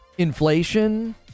Inflation